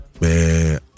man